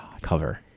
cover